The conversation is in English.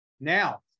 Now